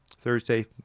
Thursday